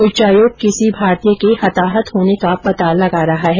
उच्चायोग किसी भारतीय के हताहत होने का पता लगा रहा है